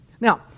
Now